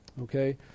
Okay